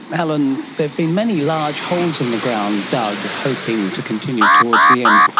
alan, there have been many large holes in the ground dug hoping to continue towards the end.